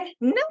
no